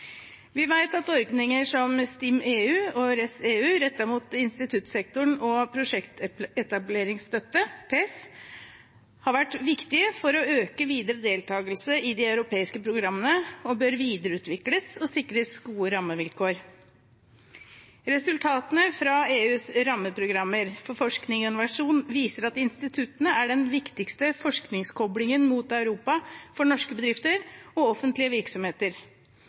Vi vet at ordninger som STIM-EU/RES-EU, rettet mot instituttsektoren, og Prosjektetableringsstøtte, PES, har vært viktige for å øke videre deltakelse i de europeiske programmene og bør videreutvikles og sikres gode rammevilkår. Resultatene fra EUs rammeprogrammer for forskning og innovasjon viser at instituttene er den viktigste forskningskoblingen mot Europa for norske bedrifter og offentlige virksomheter.